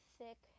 thick